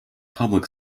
public